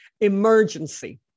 Emergency